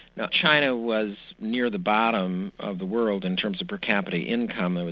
now china was near the bottom of the world in terms of per capita income,